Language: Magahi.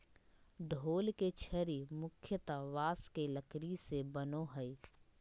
ढोल के छड़ी मुख्यतः बाँस के लकड़ी के बनो हइ